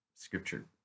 Scripture